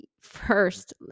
first